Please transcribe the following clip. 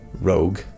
Rogue